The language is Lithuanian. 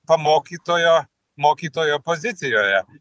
pamokytojo mokytojo pozicijoje